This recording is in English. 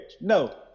No